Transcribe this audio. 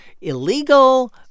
illegal